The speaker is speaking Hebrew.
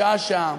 שעה-שעה.